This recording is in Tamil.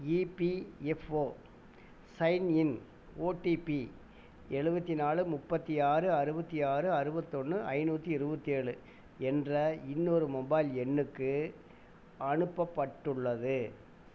இபிஎஃப்ஓ சைன்இன் ஓடிபி எழுபத்தினாலு முப்பத்து ஆறு அறுபத்தி ஆறு அறுபத்தொன்னு ஐநூற்றி இருபத்தேழு என்ற இன்னொரு மொபைல் எண்ணுக்கு அனுப்பப்பட்டுள்ளது